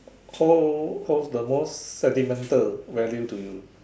hold hold the most sentimental value to you